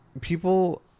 people